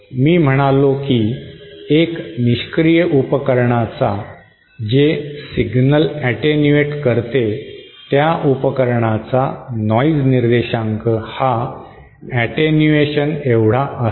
मी म्हणालो की एक निष्क्रीय उपकरणाचा जे सिग्नल ऍटेन्युएट करते त्या उपकरणाचा नॉइज निर्देशांक हा ऍटेन्युएशन एवढा असेल